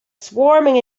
swarming